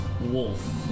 wolf